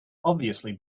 obviously